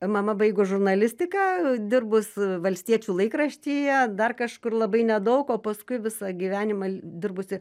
mama baigus žurnalistiką dirbus valstiečių laikraštyje dar kažkur labai nedaug o paskui visą gyvenimą dirbusi